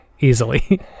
easily